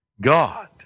God